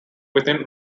within